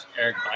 Eric